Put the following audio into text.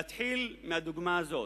אתחיל מהדוגמה הזאת: